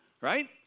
right